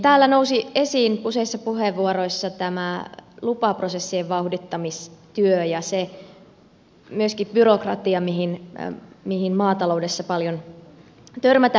täällä nousi esiin useissa puheenvuoroissa tämä lupaprosessien vauhdittamistyö ja myöskin se byrokratia mihin maataloudessa paljon törmätään